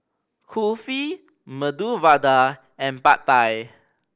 Kulfi Medu Vada and Pad Thai